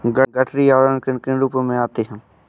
गठरी आवरण किन किन रूपों में आते हैं?